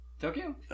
Tokyo